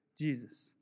Jesus